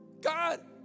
God